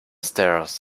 stairs